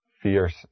Fierce